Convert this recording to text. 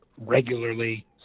regularly